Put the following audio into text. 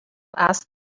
ask